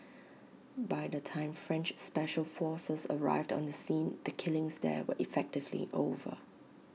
by the time French special forces arrived on the scene the killings there were effectively over